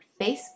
Facebook